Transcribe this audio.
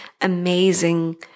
amazing